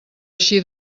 així